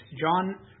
John